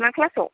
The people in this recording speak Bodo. मा क्लास आव